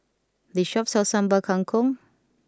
this shop sells Sambal Kangkong